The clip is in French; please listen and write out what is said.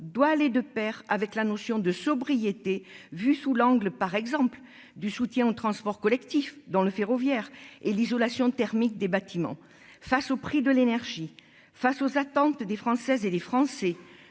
doit aller de Pair avec la notion de sobriété, vu sous l'angle par exemple du soutien aux transports collectifs dans le ferroviaire et l'isolation thermique des bâtiments face au prix de l'énergie face aux attentes des Françaises et les Français,